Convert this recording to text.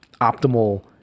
optimal